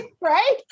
right